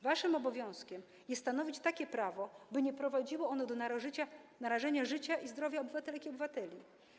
Waszym obowiązkiem jest stanowić takie prawo, by nie prowadziło ono do narażenia życia i zdrowia obywatelek i obywateli.